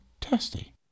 testy